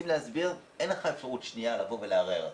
אין לך אפשרות שנייה לבוא ולערער.